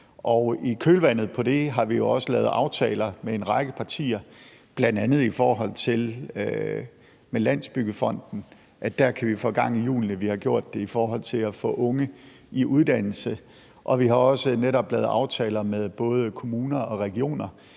i kølvandet på det har vi jo også lavet aftaler med en række partier, bl.a. i forhold til Landsbyggefonden, og at vi der kan få gang i hjulene. Vi har gjort det i forhold til at få unge i uddannelse, og vi har også netop lavet aftaler med både kommuner og regioner,